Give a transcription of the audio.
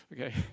okay